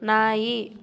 ನಾಯಿ